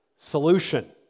solution